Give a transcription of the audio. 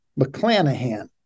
McClanahan